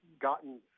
gotten